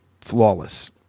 flawless